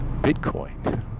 Bitcoin